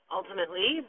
ultimately